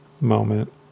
moment